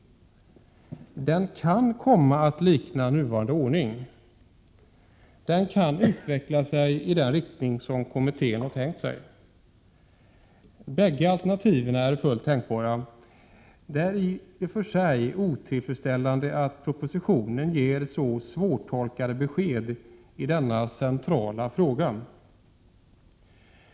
Den kan komma att likna nuvarande ordning. Den kan utveckla sig i den riktning som kommittén tänkte sig. Bägge alternativen är fullt tänkbara. Det är i sig otillfredsställande att propositionen ger så svårtolkade besked i denna centrala fråga.